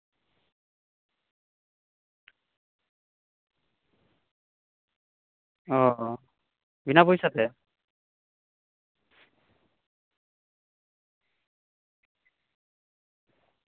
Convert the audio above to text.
ᱚ ᱵᱤᱱᱟᱹ ᱯᱚ ᱭᱥᱟ ᱛᱮ